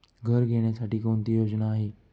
घर घेण्यासाठी कोणती योजना आहे?